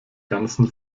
ganzen